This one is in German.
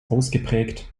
ausgeprägt